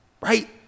Right